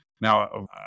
Now